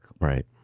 Right